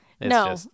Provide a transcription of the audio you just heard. No